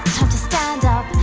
to stand up,